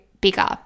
bigger